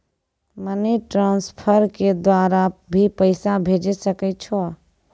Money transfer के द्वारा भी पैसा भेजै सकै छौ?